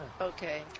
Okay